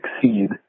succeed